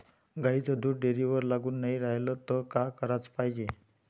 गाईचं दूध डेअरीवर लागून नाई रायलं त का कराच पायजे?